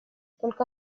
только